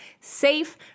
safe